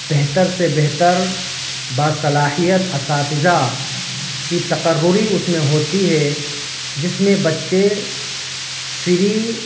بہتر سے بہتر باصلاحیت اساتذہ کی تقرری اس میں ہوتی ہے جس میں بچے فری